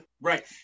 Right